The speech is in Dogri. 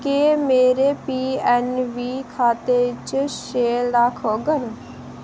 क्या मेरे पीऐन्नबी खाते च छे लक्ख होङन